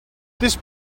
this